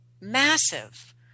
massive